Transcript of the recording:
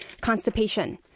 constipation